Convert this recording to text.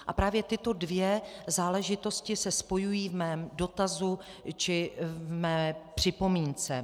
A právě tyto dvě záležitosti se spojují v mém dotazu či mé připomínce.